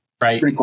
right